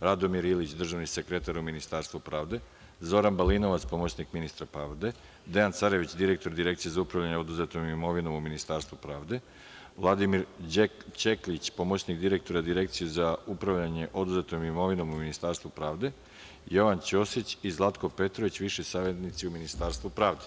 Radomir Ilić, državni sekretar u Ministarstvu pravde, Zoran Balinovac, pomoćnik ministra pravde, Dejan Carević, direktor Direkcije za upravljanje oduzetom imovinom u Ministarstvu pravde, Vladimir Ćeklić, pomoćnik direktora Direkcije za upravljanje oduzetom imovinom u Ministarstvu pravde, Jovan Ćosić i Zlatko Petrović, viši savetnici u Ministarstvu pravde.